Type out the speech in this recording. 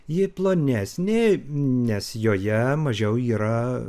ji plonesnė nes joje mažiau yra